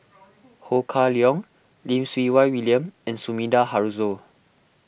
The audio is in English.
Ho Kah Leong Lim Siew Wai William and Sumida Haruzo